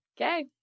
Okay